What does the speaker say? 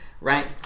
right